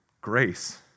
grace